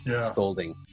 scolding